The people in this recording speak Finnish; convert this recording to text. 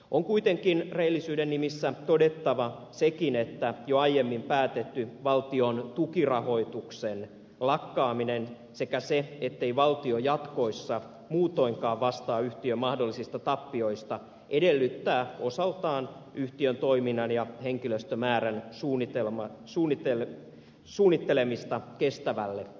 on kuitenkin rehellisyyden nimissä todettava sekin että jo aiemmin päätetty valtion tukirahoituksen lakkaaminen sekä se ettei valtio jatkossa muutoinkaan vastaa yhtiön mahdollisista tappioista edellyttää osaltaan yhtiön toiminnan ja henkilöstömäärän suunnittelemista kestävälle pohjalle